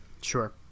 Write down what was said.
Sure